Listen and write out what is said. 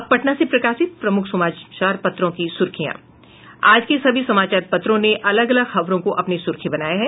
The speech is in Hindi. अब पटना से प्रकाशित प्रमुख समाचार पत्रों की सुर्खियां आज के सभी समाचार पत्रों ने अलग अलग खबरो को अपनी सुर्खी बनाया है